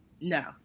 no